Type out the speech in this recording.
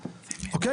אוקיי?